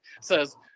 says